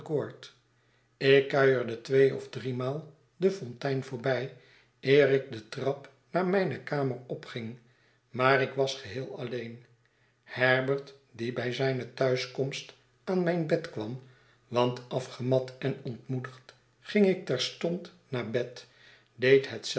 ik kuierde twee of driemaal de fontein voorbij eer ik de trap naar mijne kamer opging maar ik was geheel alleen herbert die bij zijne thuiskomst aan mijn bed kwam want afgemat en ontmoedigd ging ik terstond naar bed deed